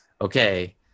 okay